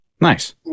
Nice